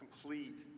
complete